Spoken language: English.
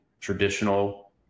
traditional